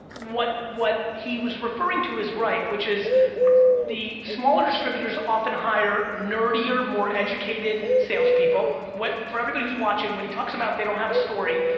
what what he was referring to is right which is the smaller distributors often hire nerdier, more educated sales people. for everybody who's watching, when he talks about they don't have a story,